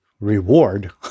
reward